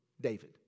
David